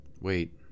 Wait